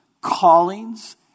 callings